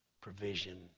provision